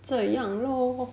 这样 lor